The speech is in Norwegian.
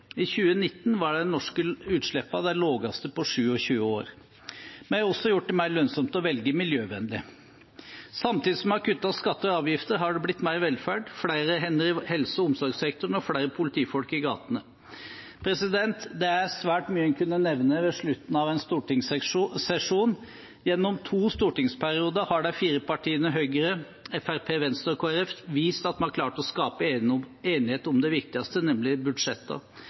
I 2019 var de norske utslippene de laveste på 27 år. Vi har også gjort det mer lønnsomt å velge miljøvennlig. Samtidig som vi har kuttet skatter og avgifter, har det blitt mer velferd, flere hender i helse- og omsorgssektoren og flere politifolk i gatene. Det er svært mye en kunne nevne ved slutten av en stortingssesjon. Gjennom to stortingsperioder har de fire partiene Høyre, Fremskrittspartiet, Venstre og Kristelig Folkeparti vist at vi har klart å skape enighet om det viktigste, nemlig